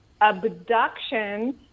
abduction